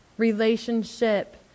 relationship